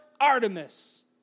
Artemis